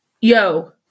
Yo